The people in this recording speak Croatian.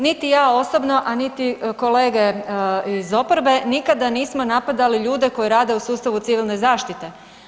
Niti ja osobno, a niti kolege iz oporbe nikada nismo napadali ljude koji rade u sustavu civilne zaštite.